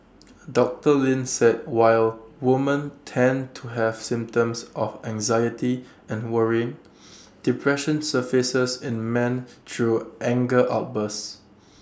doctor Lin said while woman tend to have symptoms of anxiety and worrying depression surfaces in men through anger outbursts